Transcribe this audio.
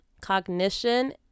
cognition